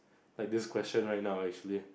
like this question right now actually